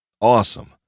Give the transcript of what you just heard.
awesome